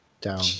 Down